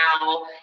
now